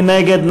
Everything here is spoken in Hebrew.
מי נגד?